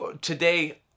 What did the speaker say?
today